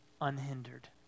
unhindered